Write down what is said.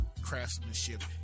craftsmanship